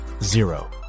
Zero